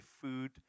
food